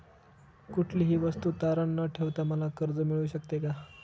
कुठलीही वस्तू तारण न ठेवता मला कर्ज मिळू शकते का?